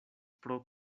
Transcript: pro